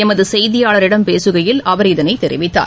எமது செய்தியாளரிடம் பேசுகையில் அவர் இதனைத் தெரிவித்தார்